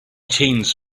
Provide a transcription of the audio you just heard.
teens